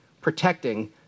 protecting